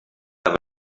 have